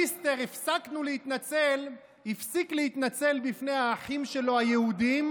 מיסטר "הפסקנו להתנצל" הפסיק להתנצל בפני האחים שלו היהודים,